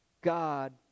God